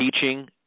teaching